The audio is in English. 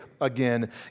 Again